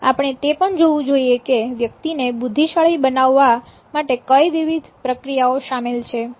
આપણે તે પણ જોવું જોઈએ કે વ્યક્તિ ને બુદ્ધિશાળી બનાવવા માટે કઈ વિવિધ પ્રક્રિયાઓ શામેલ છે